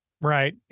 Right